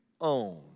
own